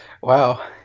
Wow